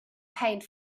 paint